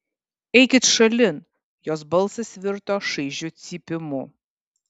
eikit šalin jos balsas virto šaižiu cypimu